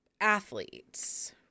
athletes